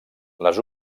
les